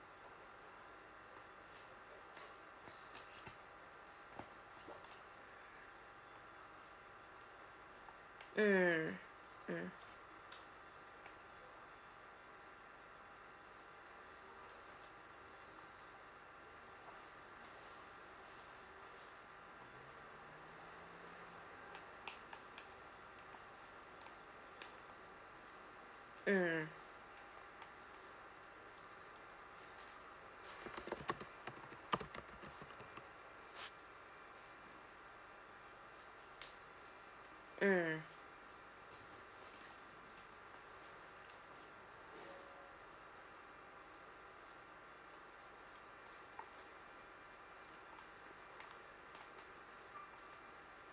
mm mm mm mm